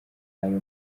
ayo